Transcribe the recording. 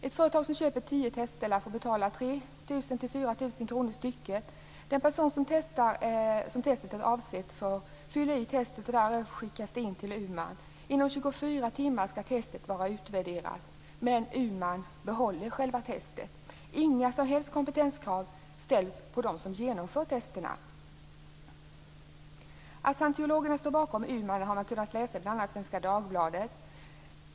Ett företag som köper tio test lär få betala 3 000-4 000 kr styck. Den person som testet är avsett för fyller i testet som därefter skickas in till U Man. Inom 24 timmar skall testet vara utvärderat, men U-Man behåller själva testet. Inga som helst kompetenskrav ställs på dem som genomför testen. Att scientologerna står bakom U-Man har man kunnat läsa i bl.a. Svenska Dagbladet.